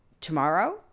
tomorrow